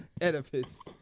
Oedipus